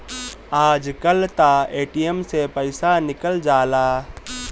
आजकल तअ ए.टी.एम से पइसा निकल जाला